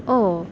oh